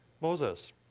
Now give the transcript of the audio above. Moses